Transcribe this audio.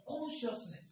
Consciousness